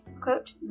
quote